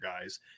guys